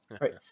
right